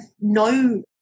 no